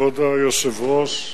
כבוד היושב-ראש,